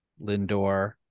Lindor